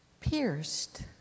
Pierced